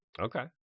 Okay